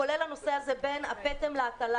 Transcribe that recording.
כולל הנושא הזה של בין הפטם להטלה,